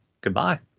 Goodbye